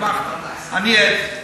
אני עד.